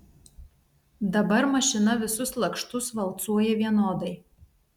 dabar mašina visus lakštus valcuoja vienodai